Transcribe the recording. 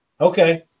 Okay